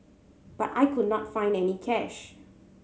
but I could not find any cash